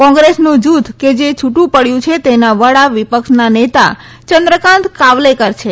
કોંગ્રેસનું જૂથ કે જે છુદુ ડ્યું છે તેના વડા વિ ક્ષના નેતા ચદ્રકાંત કાવલેકર છે